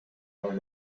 entire